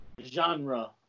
genre